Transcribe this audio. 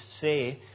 say